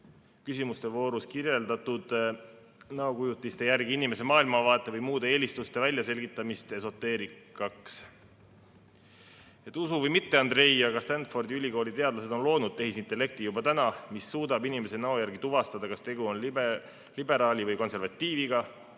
võrdles ta minu kirjeldatud näokujutise järgi inimese maailmavaate või muude eelistuste väljaselgitamist esoteerikaga. Usu või mitte, Andrei, aga Stanfordi ülikooli teadlased on juba loonud tehisintellekti, mis suudab inimese näo järgi tuvastada, kas tegu on liberaali või konservatiiviga.